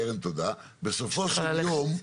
בסופו של יום,